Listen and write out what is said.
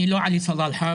אני לא עלי סלאלחה,